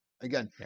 Again